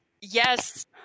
yes